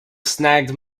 snagged